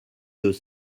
deux